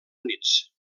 units